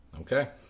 Okay